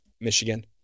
Michigan